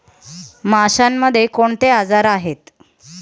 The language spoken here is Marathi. माशांमध्ये कोणते आजार आहेत?